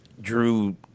Drew